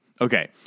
Okay